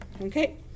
Okay